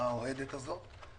האוהדת הזאת.